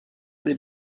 des